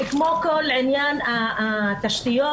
כמו כל עניין התשתיות,